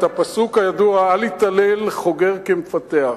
את הפסוק הידוע: אל יתהלל חוגר כמפתח.